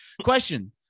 question